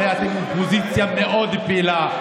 הרי אתם אופוזיציה מאוד פעילה,